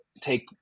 take